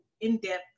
in-depth